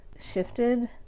shifted